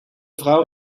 vrouw